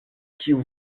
kiu